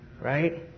Right